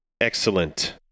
excellent